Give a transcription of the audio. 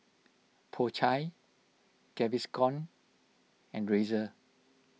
Po Chai Gaviscon and Razer